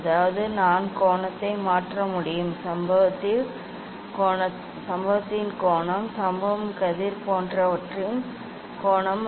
அதாவது நான் கோணத்தை மாற்ற முடியும் சம்பவத்தின் கோணம் சம்பவம் கதிர் போன்றவற்றின் கோணம்